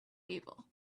evil